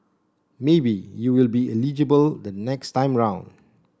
maybe you will be eligible the next time round